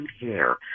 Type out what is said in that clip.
hair